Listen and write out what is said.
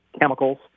chemicals